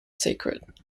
sacred